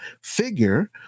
figure